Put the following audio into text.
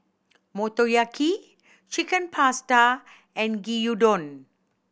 Motoyaki Chicken Pasta and Gyudon